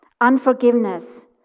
unforgiveness